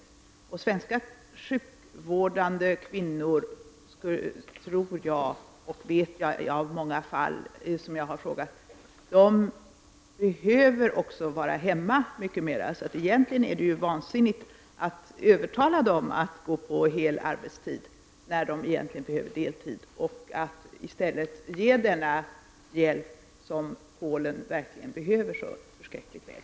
Svenska sjukvårdande kvinnor behöver också vara hemma mycket mera. Därför är det vansinnigt att övertala dessa kvinnor att arbeta full tid när de egentligen vill ha deltid. I stället borde man ge denna möjlighet till Polen som behöver den så förskräckligt väl.